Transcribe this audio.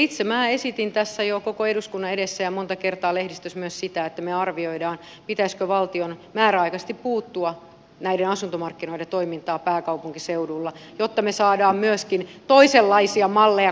itse minä jo esitin tässä koko eduskunnan edessä ja monta kertaa lehdistössä myös sitä että me arvioisimme pitäisikö valtion määräaikaisesti puuttua näiden asuntomarkkinoiden toimintaan pääkaupunkiseudulla jotta me saamme myöskin toisenlaisia malleja kokeiltua